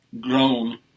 grown